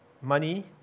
money